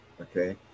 okay